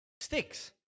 Sticks